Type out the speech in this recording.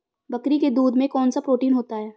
बकरी के दूध में कौनसा प्रोटीन होता है?